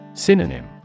Synonym